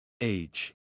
Age